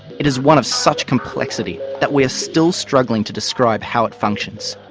it is one of such complexity that we are still struggling to describe how it functions.